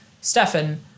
Stefan